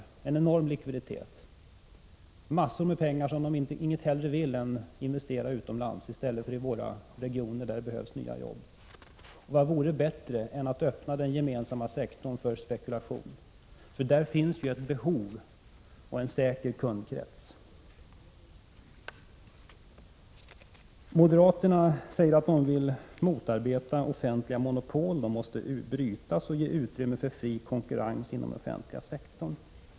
Man har en enorm likviditet, man har massor av pengar som man inget hellre vill än investera utomlands i stället för i våra regioner där det behövs nya jobb. Vad vore bättre än att öppna den gemensamma sektorn för spekulation? Där finns ju ett behov och en säker kundkrets. Moderaterna säger att de vill motarbeta offentliga monopol. Dessa måste brytas så att det ges utrymme för fri konkurrens inom den offentliga sektorn.